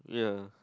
ya